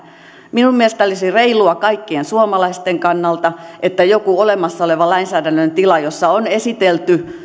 minun mielestäni olisi reilua kaikkien suomalaisten kannalta että joku olemassa oleva lainsäädännöllinen tila jossa on esitelty